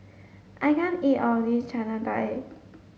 I can't eat all of this Chana Dal